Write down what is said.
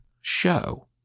show